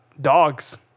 dogs